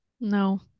No